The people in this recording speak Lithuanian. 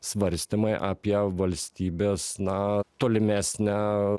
svarstymai apie valstybės na tolimesnę